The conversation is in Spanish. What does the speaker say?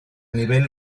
nivel